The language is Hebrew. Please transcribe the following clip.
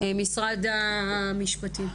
משרד המשפטים,